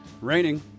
Raining